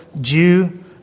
Jew